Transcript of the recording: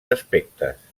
aspectes